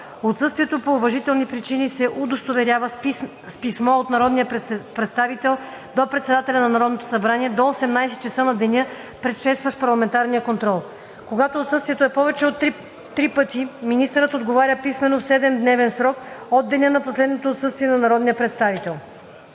Отсъствието по уважителни причини се удостоверява с писмо от народния представител до председателя на Народното събрание до 18,00 ч. на деня, предшестващ парламентарния контрол. Когато отсъствието е повече от три пъти, министърът отговаря писмено в 7-дневен срок от деня на последното отсъствие на народния представител.